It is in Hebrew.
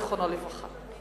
זיכרונו לברכה.